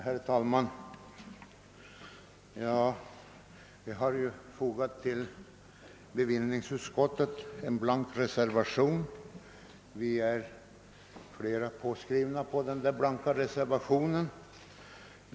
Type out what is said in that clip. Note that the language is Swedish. Herr talman! Jag har varit med om att underteckna en blank reservation vid förevarande betänkande från bevillningsutskottet.